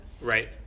Right